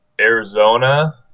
Arizona